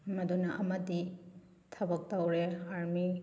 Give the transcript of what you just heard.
ꯃꯗꯨꯅ ꯑꯃꯗꯤ ꯊꯕꯛ ꯇꯧꯔꯦ ꯑꯥꯔꯃꯤ